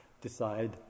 decide